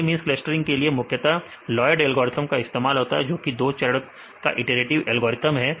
k means के लिए मुख्यता लॉयड एल्गोरिथ्म का इस्तेमाल होता है जोकि दो चरण का इटरेटिव एल्गोरिथ्म है